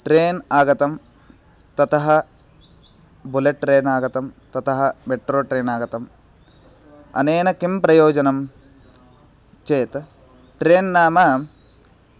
train आगतं ततः bullet train आगतं ततः मेट्रो ट्रेन् आगतम् अनेन किं प्रयोजनं चेत् ट्रेन् नाम